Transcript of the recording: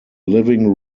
living